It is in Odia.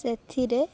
ସେଥିରେ